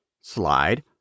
slide